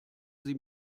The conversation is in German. sie